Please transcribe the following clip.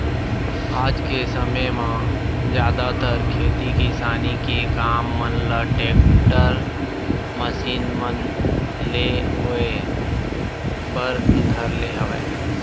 आज के समे म जादातर खेती किसानी के काम मन ल टेक्टर, मसीन मन ले होय बर धर ले हवय